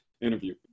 interview